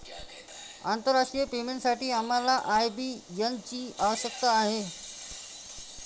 आंतरराष्ट्रीय पेमेंटसाठी आम्हाला आय.बी.एन ची आवश्यकता आहे